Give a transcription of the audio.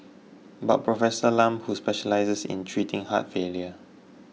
but Professor Lam who specialises in treating heart failure